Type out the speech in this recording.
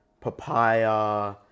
papaya